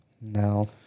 No